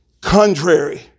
contrary